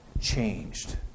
changed